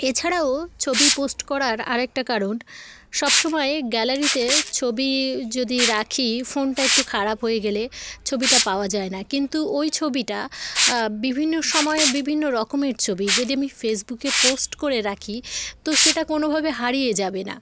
এছাড়াও ছবি পোস্ট করার আর একটা কারণ সব সময় গ্যালারিতে ছবি যদি রাখি ফোনটা একটু খারাপ হয়ে গেলে ছবিটা পাওয়া যায় না কিন্তু ওই ছবিটা বিভিন্ন সময়ের বিভিন্ন রকমের ছবি যদি আমি ফেসবুকে পোস্ট করে রাখি তো সেটা কোনোভাবে হারিয়ে যাবে না